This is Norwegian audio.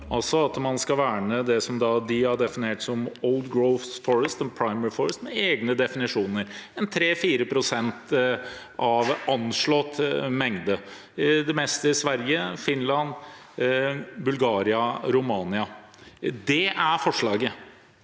altså at man skal verne det de har definert som «oldgrowth forests» og «primary forests» med egne definisjoner – 3–4 pst. av anslått mengde, det meste i Sverige, Finland, Bulgaria og Romania. Det er forslaget.